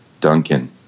duncan